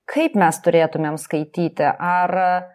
kaip mes turėtumėm skaityti ar